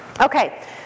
Okay